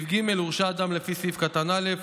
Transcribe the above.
(ג) הורשע אדם לפי סעיף קטן (א),